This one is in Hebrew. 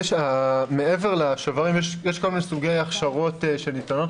מעבר לשוברים יש כל מיני סוגי הכשרות שניתנות,